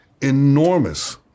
enormous